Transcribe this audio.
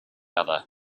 other